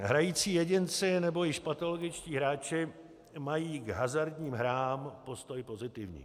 Hrající jedinci nebo již patologičtí hráči mají k hazardním hrám postoj pozitivní.